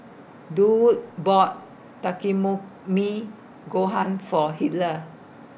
Durwood bought Takikomi Gohan For Heather